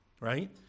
right